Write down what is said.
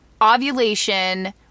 ovulation